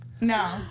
No